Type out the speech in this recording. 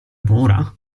mura